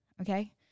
okay